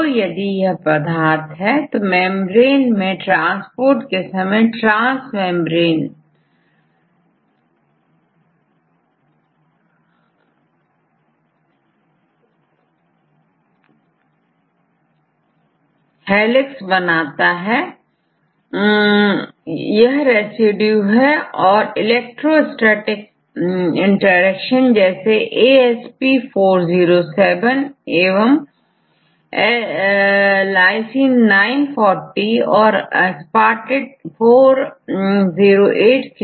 तो यदि यह पदार्थ हैं तो मेंब्रेन सेपदार्थ के ट्रांसपोर्ट के समय ट्रांस मेंब्रेन चल जाती है और कुछ रेसिड्यूज इलेक्ट्रोस्टेटिक इंटरेक्शन जैसेAsp 407 and Lys 940 and Asp 408 translocation के लिए अच्छी तरह से डिस्ट्रीब्यूट हो जाते हैं